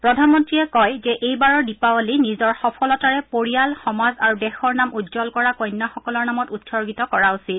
প্ৰধানমন্ত্ৰীয়ে কয় যে এইবাৰৰ দিপাৱলী নিজৰ সফলতাৰে পৰিয়াল সমাজ আৰু দেশৰ নাম উজ্জল কৰা কন্যাসকলৰ নামত উসৰ্গিত কৰা উচিত